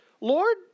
Lord